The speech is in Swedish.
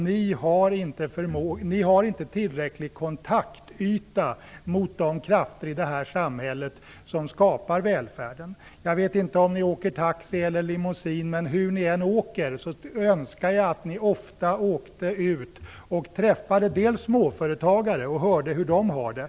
Ni har inte tillräcklig kontaktyta mot de krafter i vårt samhälle som skapar välfärden. Jag vet inte om ni åker taxi eller limousine, men hur ni än åker önskar jag att ni ofta åkte ut och träffade småföretagare och hörde hur de har det.